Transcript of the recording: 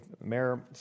mayor